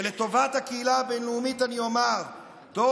ולטובת הקהילה הבין-לאומית אני אומר:those